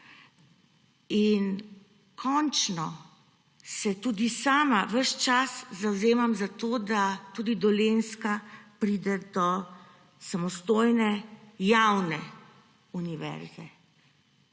Končno se tudi sama ves čas zavzemam za to, da tudi Dolenjska pride do samostojne javne univerze.